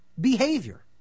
behavior